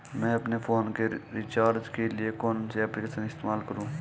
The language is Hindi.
मैं अपने फोन के रिचार्ज के लिए कौन सी एप्लिकेशन इस्तेमाल करूँ?